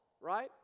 right